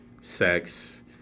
sex